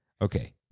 Okay